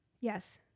Yes